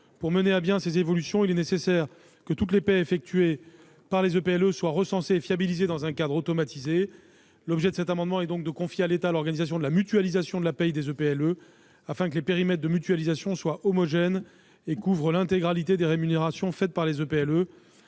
Pour mener à bien ces évolutions, il est nécessaire que toutes les paies effectuées par les EPLE soient recensées et fiabilisées dans un cadre automatisé. Cet amendement a donc pour objet de confier à l'État l'organisation de la mutualisation de la paie des EPLE, afin que les périmètres de mutualisation soient homogènes et couvrent l'intégralité des rémunérations versées par les EPLE.